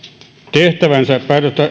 tehtävänsä